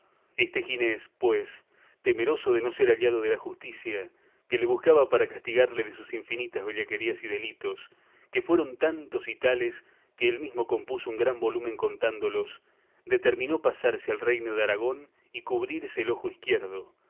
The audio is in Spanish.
este ginés pues temeroso de no ser hallado de la justicia que le buscaba para castigarle de sus infinitas bellaquerías y delitos que fueron tantos y tales que él mismo compuso un gran volumen contándolos determinó pasarse al reino de aragón y cubrirse el ojo izquierdo